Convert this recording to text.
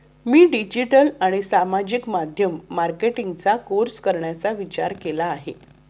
मी digital आणि सामाजिक माध्यम मार्केटिंगचा कोर्स करण्याचा विचार केला आहे